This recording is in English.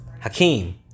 Hakeem